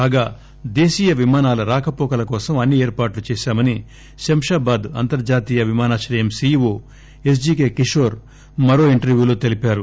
కాగా దేశీయ విమానాల రాకవోకల కోసం అన్ని ఏర్పాట్లు చేశామని శంషాబాద్ అంతర్లాతీయ విమానాశ్రయం సీఈవో ఎస్టీకే కిషోర్ మరో ఇంటర్వ్యూ లో తెలిపారు